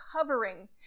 covering